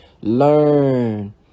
learn